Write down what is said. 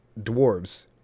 dwarves